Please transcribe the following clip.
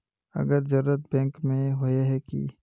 अगर जरूरत बैंक में होय है की?